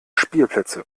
spielplätze